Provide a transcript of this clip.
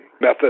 method